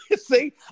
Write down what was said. See